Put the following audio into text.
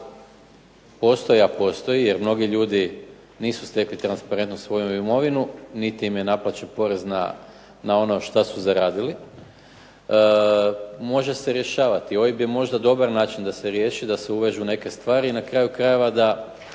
postoji, a postoji, jer mnogi ljudi nisu stekli transparentno svoju imovinu, niti im je naplaćen porez na ono šta su zaradili, može se rješavati. OIB je možda dobar način da se riješi, da se uvežu neke stvari i na kraju krajeva da